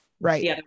Right